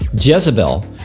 Jezebel